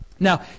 Now